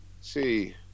see